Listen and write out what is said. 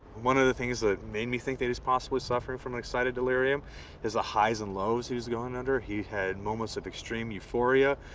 one of the things that made me think that he's possibly suffering from an excited delirium is the highs and lows he was going under. he had moments of extreme euphoria,